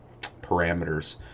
parameters